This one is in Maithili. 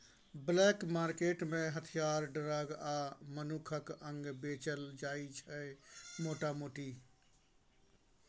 ब्लैक मार्केट मे हथियार, ड्रग आ मनुखक अंग बेचल जाइ छै मोटा मोटी